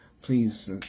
Please